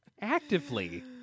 actively